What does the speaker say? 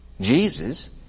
Jesus